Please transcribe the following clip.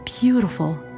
beautiful